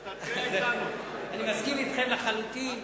האחריות לנפגעי תאונות דרכים לקופות-החולים.